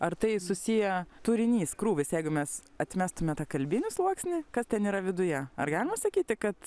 ar tai susiję turinys krūvis jeigu mes atmestume tą kalbinį sluoksnį kas ten yra viduje ar galima sakyti kad